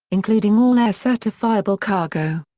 including all air-certifiable cargo.